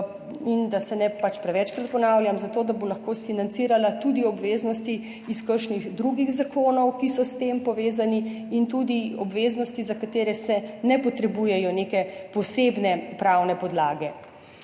da se ne ponavljam prevečkrat, zato da bo lahko financirala tudi obveznosti iz kakšnih drugih zakonov, ki so s tem povezani, in tudi obveznosti, za katere se ne potrebujejo neke posebne pravne podlage.